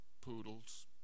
poodles